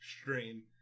stream